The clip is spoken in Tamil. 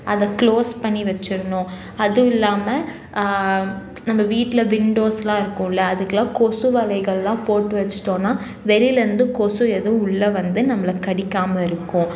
அதை க்ளோஸ் பண்ணி வச்சிடணும் அதுவும் இல்லாமல் நம்ம வீட்டில வின்டோஸ்லாம் இருக்கும் இல்லை அதுக்கெலாம் கொசுவலைகள்லாம் போட்டு வச்சுட்டோம்னா வெளிலேருந்து கொசு எதுவும் உள்ள வந்து நம்மள கடிக்காமல் இருக்கும்